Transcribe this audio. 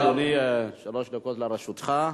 אדוני, שלוש דקות לרשותך.